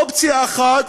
אופציה אחת,